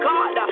God